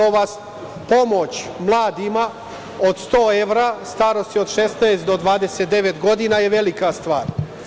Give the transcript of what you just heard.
Ova pomoć mladima od sto evra starosti od 16 do 29 godina je velika stvar.